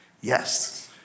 Yes